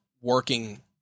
working